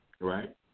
Right